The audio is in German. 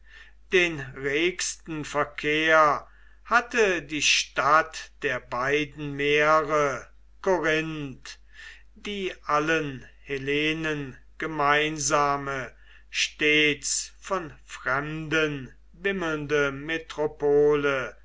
den regsten verkehr hatte die stadt der beiden meere korinth die allen hellenen gemeinsame stets von fremden wimmelnde metropole